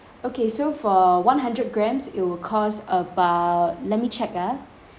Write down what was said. okay so for one hundred grams it'll cost about let me check ah